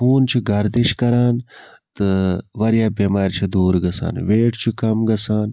خوٗن چھُ گَردِش کَران تہٕ واریاہ بیٚمارِ چھِ دوٗر گَژھان ویٹ چھُ کم گَژھان